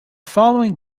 following